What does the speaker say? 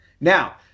Now